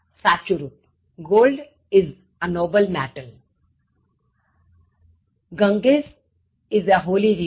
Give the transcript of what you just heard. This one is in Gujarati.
સાચું રુપ Gold is a noble metal